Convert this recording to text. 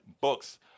books